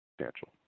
substantial